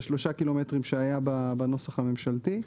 ו-3 קילומטרים שהיה בנוסח הממשלתי,